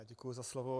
Děkuji za slovo.